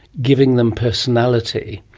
giving them personality.